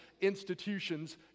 institutions